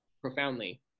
profoundly